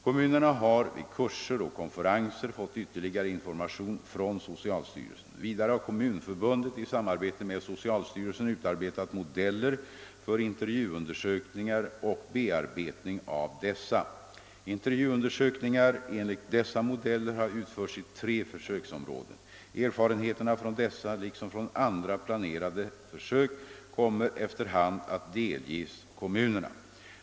Kommunerna har vid kurser och konferenser fått ytterligare information från socialstyrelsen. Vidare har Kommunförbundet i samarbete med socialstyrelsen utarbetat modeller för intervjuundersökningar och bearbetning av dessa. Intervjuundersökningar enligt dessa modeller har utförts i tre försöksområden. Erfarenheterna från dessa liksom från andra planerade försök kommer efter hand att delges kommunerna.